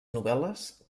novel·les